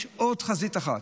יש עוד חזית אחת,